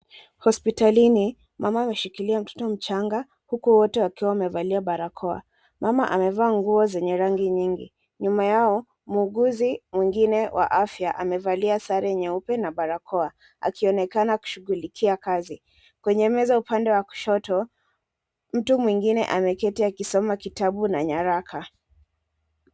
Hospitalini mama ameshikilia mtoto mchanga huku wote wakiwa amevalia barakoa, mama amevaa nguo zenye rangi nyingi. Nyuma yao mwuuguzi mwingine wa afya amevalia sare nyeupe na barakoa akionekana kushughulikia kazi, kwenye meza upande wa kushoto mtu mwingine ameketi akisoma kitabu na nyaraka.